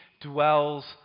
dwells